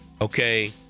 okay